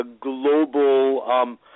global